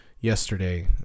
yesterday